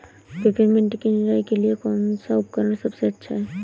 Peppermint की निराई के लिए कौन सा उपकरण सबसे अच्छा है?